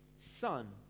son